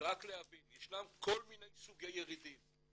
רק להבין, יש כל מיני סוגי ירידים.